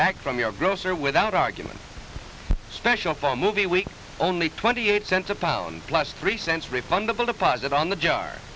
back from your grocer without argument special for movie week only twenty eight cents a pound plus three cents refundable deposit on the jar